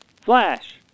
Flash